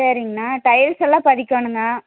சரிங்கண டைல்செல்லாம் பதிக்கணுங்க